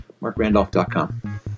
markrandolph.com